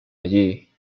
allí